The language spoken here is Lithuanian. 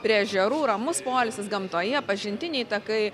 prie ežerų ramus poilsis gamtoje pažintiniai takai